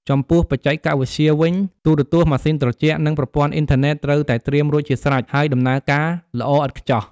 ចំពោះបច្ចេកវិទ្យាវិញ ទូរទស្សន៍ ម៉ាស៊ីនត្រជាក់ និងប្រព័ន្ធអ៊ីនធឺណិត ត្រូវតែត្រៀមរួចជាស្រេច ហើយដំណើរការល្អឥតខ្ចោះ។